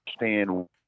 understand